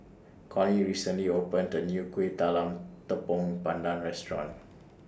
Connie recently opened The New Kuih Talam Tepong Pandan Restaurant